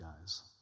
guys